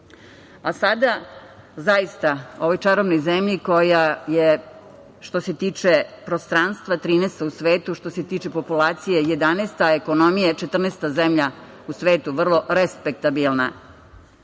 Sada zaista u ovoj čarobnoj zemlji koja je što se tiče prostranstva 13. u svetu, što se tiče populacije 11, a ekonomije 14. zemlja u svetu vrlo respektabilna. Mi